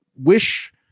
wish